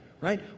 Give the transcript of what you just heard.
right